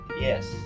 Yes